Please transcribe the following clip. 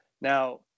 Now